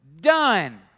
Done